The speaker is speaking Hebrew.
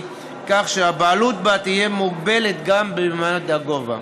כך שהבעלות בה תהיה מוגבלת גם בממד הגובה.